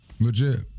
Legit